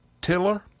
tiller